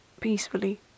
Peacefully